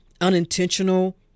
unintentional